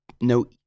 no